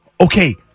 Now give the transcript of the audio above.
Okay